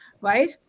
right